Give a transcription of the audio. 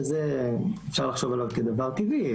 שאפשר לחשוב עליו כדבר טבעי,